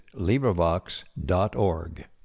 LibriVox.org